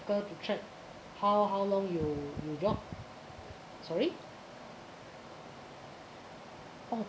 track how how long you you walk sorry